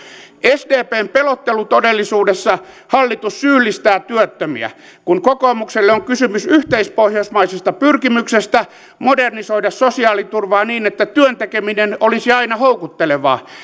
sdpn pelottelutodellisuudessa hallitus syyllistää työttömiä kun kokoomukselle on kysymys yhteispohjoismaisesta pyrkimyksestä modernisoida sosiaaliturvaa niin että työn tekeminen olisi aina houkuttelevaa